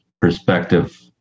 perspective